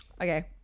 Okay